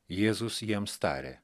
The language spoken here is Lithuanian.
jėzus jiems tarė